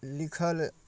लिखल